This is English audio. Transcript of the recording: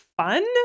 fun